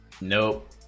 Nope